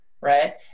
right